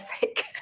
fake